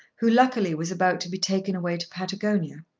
who luckily was about to be taken away to patagonia.